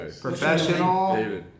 professional